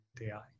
AI